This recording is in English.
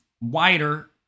wider